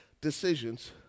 decisions